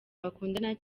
bakundana